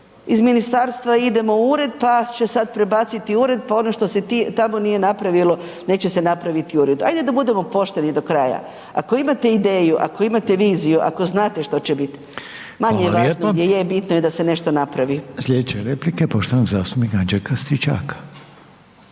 iz ministarstva idemo u ured pa će sada prebaciti ured, pa ono što se tamo nije napravilo neće se napraviti ured. Ajde da budemo pošteni do kraja, ako imate ideju, ako imate viziju, ako znate što će biti manje je važno gdje je i da se nešto napravi. **Reiner, Željko (HDZ)** Hvala lijepo.